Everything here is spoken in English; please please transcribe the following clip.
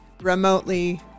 remotely